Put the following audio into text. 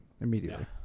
immediately